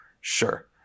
Sure